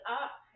up